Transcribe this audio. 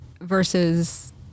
versus